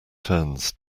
turns